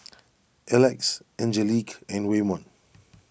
Elex Angelique and Waymon